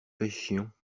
pêchions